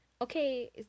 Okay